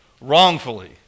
wrongfully